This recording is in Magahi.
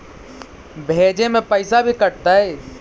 भेजे में पैसा भी कटतै?